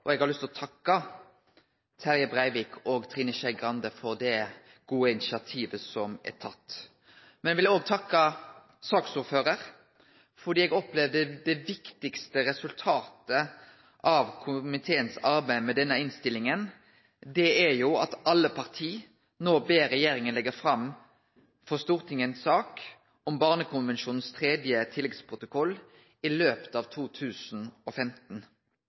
og eg har lyst til å takke Terje Breivik og Trine Skei Grande for det gode initiativet som er tatt. Men eg vil òg takke saksordføraren, for eg opplever at det viktigaste resultatet av komiteen sitt arbeid med denne innstillinga er at alle parti no ber regjeringa leggje fram for Stortinget ei sak om den tredje tilleggsprotokollen til Barnekonvensjonen i løpet av 2015.